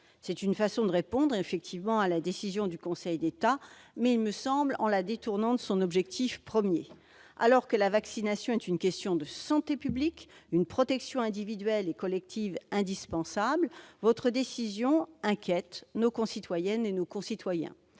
C'est une façon de répondre à la décision du Conseil d'État, mais en la détournant de son objectif premier, me semble-t-il. Alors que la vaccination est une question de santé publique, une protection individuelle et collective indispensable, votre décision inquiète nos concitoyennes et nos concitoyens.